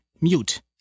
mute